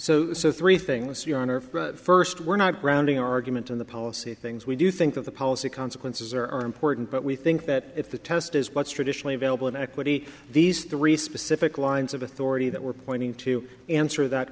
so so three things your honor first we're not grounding argument in the policy things we do think of the policy consequences there are important but we think that if the test is what's traditionally available of equity these three specific lines of authority that we're pointing to answer that